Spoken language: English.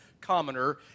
commoner